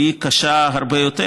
קשה הרבה יותר,